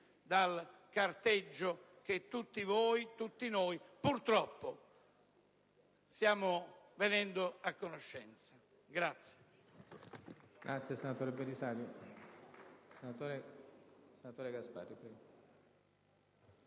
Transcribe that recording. dal carteggio di cui tutti voi e tutti noi, purtroppo, stiamo venendo a conoscenza.